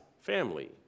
family